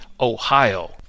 Ohio